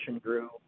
grew